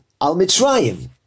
al-Mitzrayim